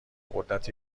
قدرت